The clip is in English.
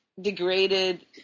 degraded